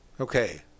okay